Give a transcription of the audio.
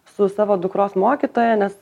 su savo dukros mokytoja nes